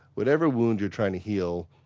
whatever wound you're trying to heal,